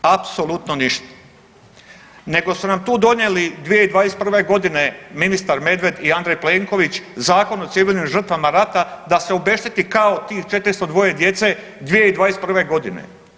Apsolutno ništa, nego su nam tu donijeli 2021. ministar Medved i Andrej Plenković Zakon o civilnim žrtvama rata da se obešteti kao tih 402 djece 2021.g.